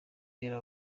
irera